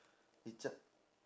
it just